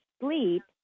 sleep